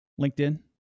LinkedIn